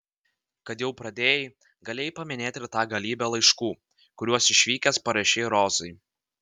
kad jau pradėjai galėjai paminėti ir tą galybę laiškų kuriuos išvykęs parašei rozai